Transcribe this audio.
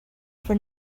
for